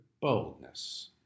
boldness